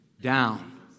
down